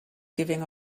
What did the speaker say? giving